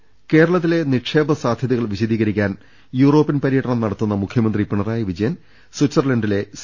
ദർവ്വെട്ടറ കേരളത്തിലെ നിക്ഷേപ സാധ്യതകൾ വിശദീകരിക്കാൻ യൂറോപ്യൻ പര്യടനം നടത്തുന്ന മുഖ്യമന്ത്രി പിണറായി വിജയൻ സ്വിറ്റ്സർലന്റിലെ സി